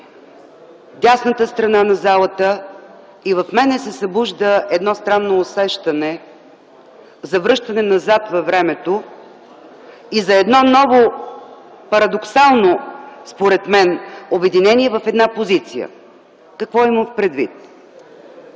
дясната страна на залата и в мен се събужда едно странно усещане за връщане назад във времето и за едно ново, парадоксално според мен, обединение в една позиция. Какво имам предвид